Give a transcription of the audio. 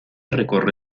recorre